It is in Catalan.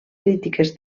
crítiques